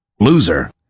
loser